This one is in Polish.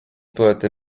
poety